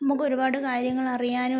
നമുക്ക് ഒരുപാട് കാര്യങ്ങൾ അറിയാനും